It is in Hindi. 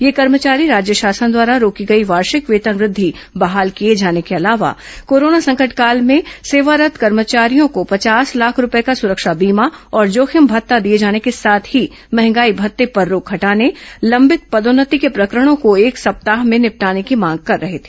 ये कर्मचारी राज्य शासन द्वारा रोकी गई वार्षिक वेतन वृद्धि बहाल किए जाने के अलावा कोरोना संकट काल में सेवारत कर्मचारियों को पवास लाख रूपये का सुरक्षा बोंमा और जोखिम भत्ता दिए जाने के साथ ही महंगाई भत्ते पर रोक हटाने लंबित पदोन्नति के प्रकरणों को एक सप्ताह में निपटाने की मांगे कर रहे हैं